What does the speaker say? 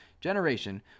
generation